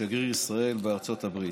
כשגריר ישראל בארצות הברית.